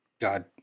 God